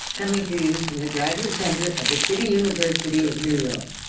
coming to you from the graduate center of the city university of new york.